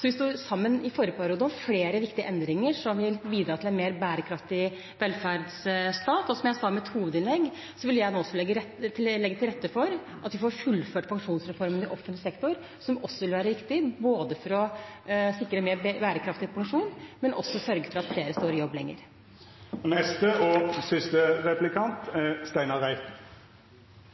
Vi sto sammen i forrige periode om flere viktige endringer som vil bidra til en mer bærekraftig velferdsstat. Som jeg sa i mitt hovedinnlegg, vil jeg nå legge til rette for at vi får fullført pensjonsreformen i offentlig sektor, noe som også vil være riktig, både for å sikre en mer bærekraftig pensjon og for å sørge for at flere står lenger i jobb. Kristelig Folkeparti ønsker å se pleiepengeordningen ut fra den enkelte pårørendes perspektiv, den enkelte sykes perspektiv og